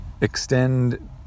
extend